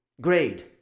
grade